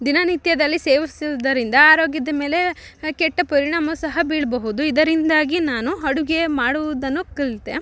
ದಿನನಿತ್ಯದಲ್ಲಿ ಸೇವಿಸುವುದರಿಂದ ಆರೋಗ್ಯದ ಮೇಲೆ ಕೆಟ್ಟ ಪರಿಣಾಮ ಸಹ ಬೀಳಬಹುದು ಇದರಿಂದಾಗಿ ನಾನು ಅಡುಗೆ ಮಾಡುವುದನ್ನು ಕಲಿತೆ